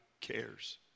cares